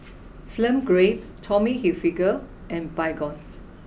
Film Grade Tommy Hilfiger and Baygon